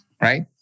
Right